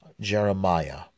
Jeremiah